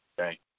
Okay